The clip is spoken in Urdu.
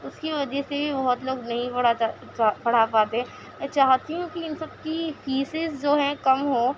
اُس کی وجہ سے بہت لوگ نہیں پڑھا پڑھا پاتے چاہتی ہوں کہ اِن سب کی فیسیز جو ہے کم ہوں